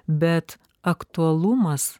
bet aktualumas